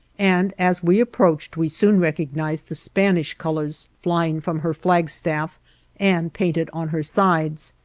and as we approached we soon recognized the spanish colors flying from her flagstaff and painted on her sides.